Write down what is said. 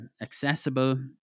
accessible